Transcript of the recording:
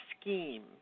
scheme